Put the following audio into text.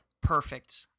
perfect